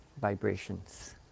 vibrations